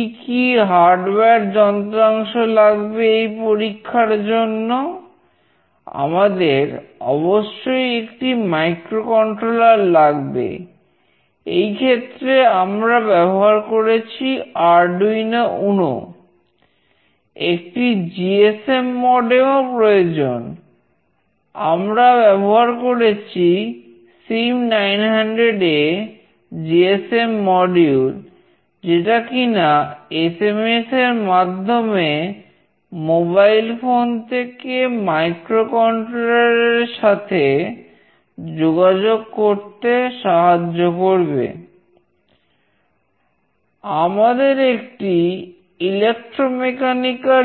কি কি হার্ডওয়ার এর সাথে যোগাযোগ করতে সাহায্য করবে আমাদের একটি ইলেক্ট্রোমেকানিক্যাল ও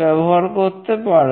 ব্যবহার করতে পারো